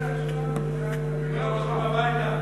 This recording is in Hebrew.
זהו, הולכים הביתה.